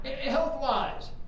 Health-wise